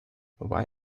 why